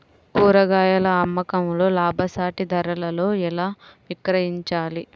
కూరగాయాల అమ్మకంలో లాభసాటి ధరలలో ఎలా విక్రయించాలి?